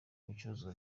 ibicuruzwa